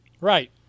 Right